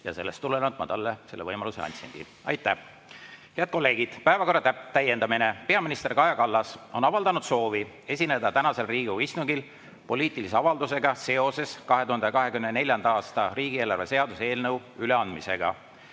ja sellest tulenevalt ma talle selle võimaluse andsingi. Head kolleegid, päevakorra täiendamine. Peaminister Kaja Kallas on avaldanud soovi esineda tänasel Riigikogu istungil poliitilise avaldusega seoses 2024. aasta riigieelarve seaduse eelnõu üleandmisega.